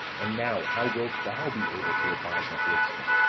and now how wilt thou be able to abide the horsemen,